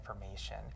information